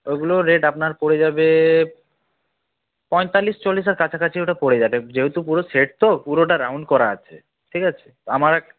ওগুলোর রেট আপনার পড়ে যাবে পঁয়তাল্লিশ চল্লিশের কাছাকাছি ওটা পড়ে যাবে যেহেতু পুরো সেট তো পুরোটা রাউন্ড করা আছে ঠিক আছে আমার